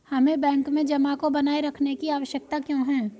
हमें बैंक में जमा को बनाए रखने की आवश्यकता क्यों है?